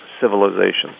civilization